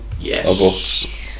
Yes